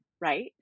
right